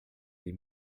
les